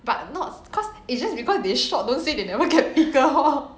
but not cause it's just because they short don't say they never get bigger hor